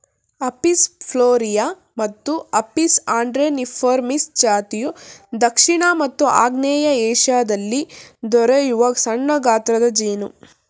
Apis florea ಮತ್ತು Apis andreniformis ಜಾತಿಯು ದಕ್ಷಿಣ ಮತ್ತು ಆಗ್ನೇಯ ಏಶಿಯಾದಲ್ಲಿ ದೊರೆಯುವ ಸಣ್ಣಗಾತ್ರದ ಜೇನು